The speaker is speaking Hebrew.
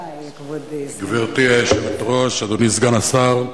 גברתי היושבת-ראש, אדוני סגן השר,